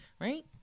right